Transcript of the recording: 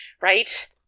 right